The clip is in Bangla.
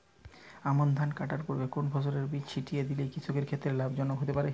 আমন ধান কাটার পূর্বে কোন ফসলের বীজ ছিটিয়ে দিলে কৃষকের ক্ষেত্রে লাভজনক হতে পারে?